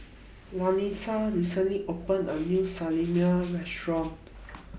recently opened A New Salami Restaurant